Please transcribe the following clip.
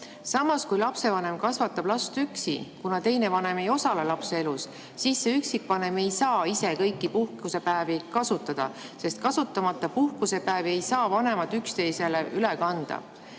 Samas, kui lapsevanem kasvatab last üksi, kuna teine vanem ei osale lapse elus, siis see üksikvanem ei saa ise kõiki puhkusepäevi kasutada, sest kasutamata puhkusepäevi ei saa vanemad üksteisele üle kanda.